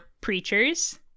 preachers